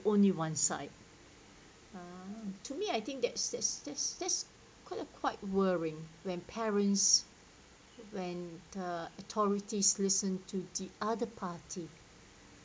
only one side uh to me I think that's that's that's that's quite a quite worrying when parents when the authorities listen to the other party